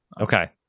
Okay